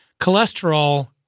Cholesterol